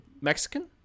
Mexican